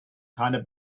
kinda